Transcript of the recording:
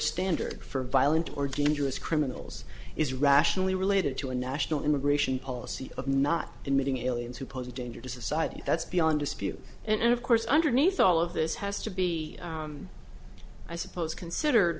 standard for violent or dangerous criminals is rationally related to a national immigration policy of not admitting aliens who pose a danger to society that's beyond dispute and of course underneath all of this has to be i suppose considered